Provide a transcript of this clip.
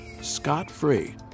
scot-free